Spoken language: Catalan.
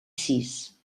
sis